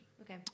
Okay